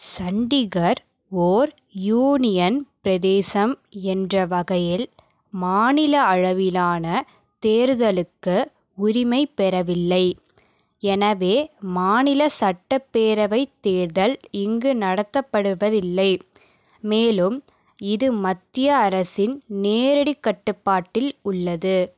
சண்டிகர் ஓர் யூனியன் பிரதேசம் என்ற வகையில் மாநில அளவிலான தேர்தலுக்கு உரிமை பெறவில்லை எனவே மாநில சட்டப்பேரவைத் தேர்தல் இங்கு நடத்தப்படுவதில்லை மேலும் இது மத்திய அரசின் நேரடிக் கட்டுப்பாட்டில் உள்ளது